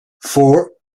four